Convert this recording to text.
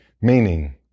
Meaning